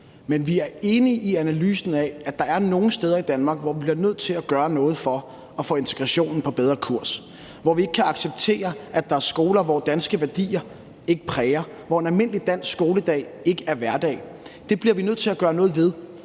Men vi er enige i analysen af, at der er nogle steder i Danmark, hvor vi bliver nødt til at gøre noget for at få integrationen på bedre kurs; hvor vi ikke kan acceptere, at der er skoler, hvor danske værdier ikke præger tingene; hvor en almindelig dansk skoledag ikke er hverdag. Det bliver vi nødt til at gøre noget ved.